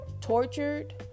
tortured